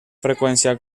frecuencia